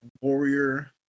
Warrior